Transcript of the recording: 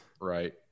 right